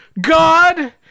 God